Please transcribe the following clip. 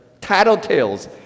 tattletales